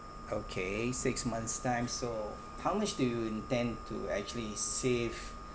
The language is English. okay six months time so how much do you intend to actually save